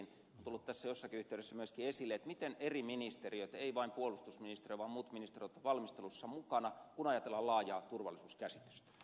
on tullut tässä jossakin yhteydessä myöskin esille miten eri ministeriöt ei vain puolustusministeriö vaan muut ministeriöt ovat valmistelussa mukana kun ajatellaan laajaa turvallisuuskäsitystä